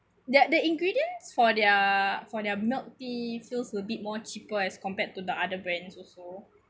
the the ingredients for their for their milk tea feels a bit more cheaper as compared to the other brands also